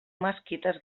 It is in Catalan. mesquites